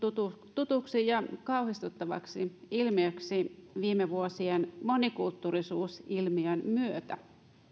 tutuksi ja kauhistuttavaksi ilmiöksi viime vuosien monikulttuurisuusilmiön myötä